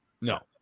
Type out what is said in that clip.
no